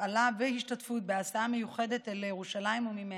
הפעלה והשתתפות בהסעה מיוחדת אל ירושלים וממנה,